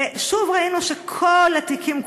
ושוב ראינו שכל התיקים,